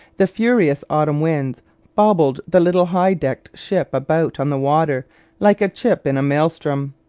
the furious autumn winds bobbled the little high-decked ship about on the water like a chip in a maelstrom,